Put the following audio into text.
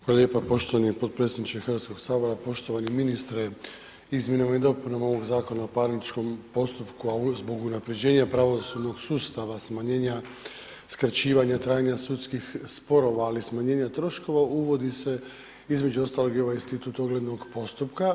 Hvala lijepo poštovani potpredsjedniče Hrvatskog sabora, poštovani ministre, izmjenama i dopunama ovog Zakona o parničnom postupku, a uz zbog unapređenja pravosudnog sustava, smanjenja skraćivanja trajanja sudskih sporova, ali i smanjenja troškova, uvodi se između ostalog i ovaj institut oglednog postupka.